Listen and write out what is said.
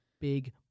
big